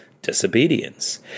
Disobedience